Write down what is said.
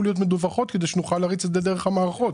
להיות מדווחות כדי שנוכל להריץ את זה דרך המערכות.